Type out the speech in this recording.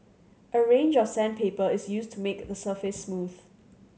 a range of sandpaper is used to make the surface smooth